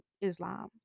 Islam